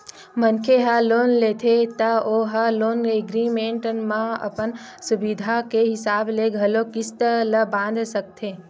मनखे ह लोन लेथे त ओ ह लोन एग्रीमेंट म अपन सुबिधा के हिसाब ले घलोक किस्ती ल बंधा सकथे